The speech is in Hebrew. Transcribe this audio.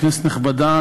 כנסת נכבדה,